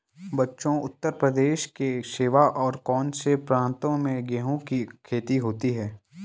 बच्चों उत्तर प्रदेश के सिवा और कौन से प्रांतों में गेहूं की खेती होती है?